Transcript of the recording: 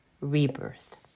rebirth